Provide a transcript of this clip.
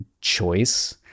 choice